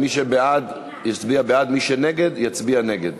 מי שבעד, יצביע בעד, מי שנגד, יצביע נגד.